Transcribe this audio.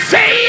Say